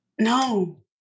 No